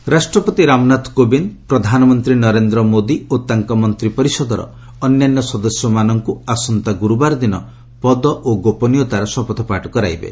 PM oath ରାଷ୍ଟ୍ରପତି ରାମନାଥ କୋବିନ୍ଦ ପ୍ରଧାନମନ୍ତ୍ରୀ ନରେନ୍ଦ୍ର ମୋଦି ଓ ତାଙ୍କ ମନ୍ତ୍ରୀ ପରିଷଦର ଅନ୍ୟାନ୍ୟ ସଦସ୍ୟମାନଙ୍କୁ ଆସନ୍ତା ଗୁରୁବାର ଦିନ ପଦ ଓ ଗୋପନୀୟତାର ଶପଥପାଠ କରାଇବେ